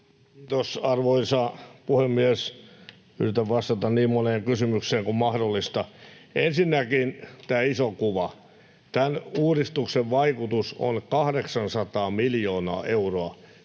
Kiitos, arvoisa puhemies! Yritän vastata niin moneen kysymykseen kuin mahdollista. Ensinnäkin, tämä iso kuva: Tämän uudistuksen vaikutus on 800 miljoonaa euroa,